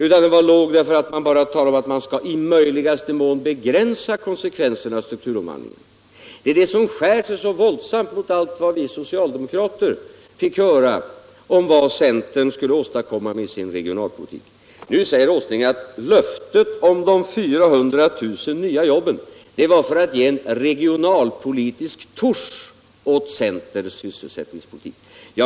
Nej, den är låg därför att man bara talar om att man skall i möjligaste mån begränsa konsekvenserna av strukturomvandlingen. Det 79 är detta som skär sig så våldsamt mot allt vad vi socialdemokrater fick höra om vad centern skulle åstadkomma med sin regionalpolitik. Nu säger herr Åsling att löftet om de 400 000 nya jobben avgavs för att ge en regionalpolitisk tusch åt centerns sysselsättningspolitik.